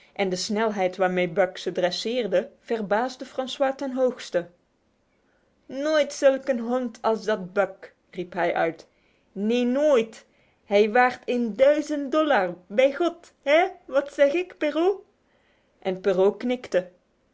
en de snelheid waarmee buck ze dresseerde verbaasde francois ten hoogste nooit zulk een hond als dat buck riep hij uit neen nooit hij waard een duizend dollar bij god hé wat zei ik perrault en perrault knikte